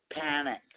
panic